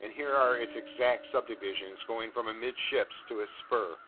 and here are its exact subdivisions going from amidships to its spur